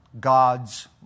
God's